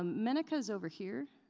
ah meneka's over here,